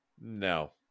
No